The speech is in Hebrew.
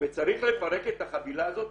וצריך לפרק את החבילה הזאת